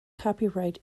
copyright